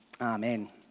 Amen